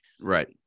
right